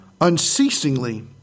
unceasingly